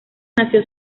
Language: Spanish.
nació